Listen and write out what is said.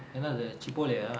என்னது:ennathu chipotle ah